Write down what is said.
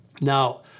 Now